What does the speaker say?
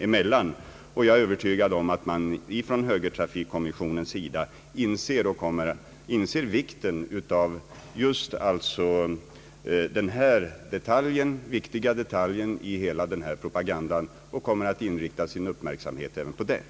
Jag är också övertygad om att högertrafikkommissionen inser betydelsen av just den här viktiga detaljen i hela propagandan och kommer att ha uppmärksamheten även på den.